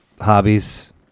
hobbies